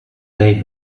they